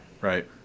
right